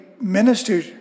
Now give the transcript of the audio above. minister